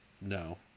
No